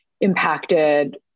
impacted